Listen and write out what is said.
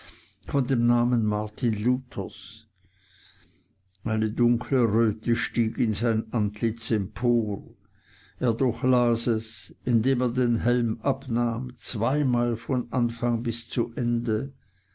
von dem namen martin luthers eine dunkle röte stieg in sein antlitz empor er durchlas es indem er den helm abnahm zweimal von anfang bis zu ende